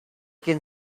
can